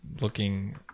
looking